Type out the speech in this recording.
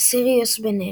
וסיריוס ביניהם,